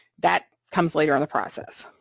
that comes later in the process.